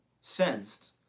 sensed